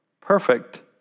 perfect